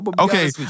Okay